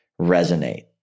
resonate